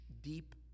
deep